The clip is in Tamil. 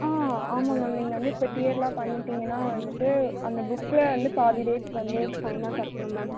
ஆ ஆமாம் மேம் நீங்கள் வந்து இப்போ டியர்லாம் பண்ணிட்டுடீங்கன்னா வந்துட்டு அந்த புக்கில் வந்து பாதி ரேட் வந்து ஃபைனாக கட்டணும் மேம்